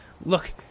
Look